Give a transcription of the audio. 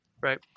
Right